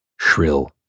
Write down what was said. Shrill